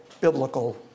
biblical